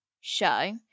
show